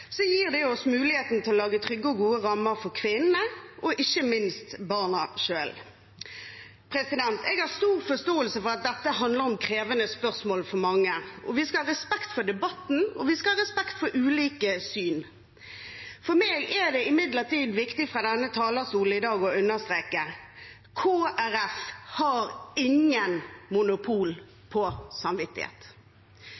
muligheten til å lage trygge og gode rammer for kvinnene og ikke minst for barna selv. Jeg har stor forståelse for at dette handler om krevende spørsmål for mange. Vi skal ha respekt for debatten, og vi skal ha respekt for ulike syn. For meg er det imidlertid viktig fra denne talerstolen i dag å understreke: Kristelig Folkeparti har ikke monopol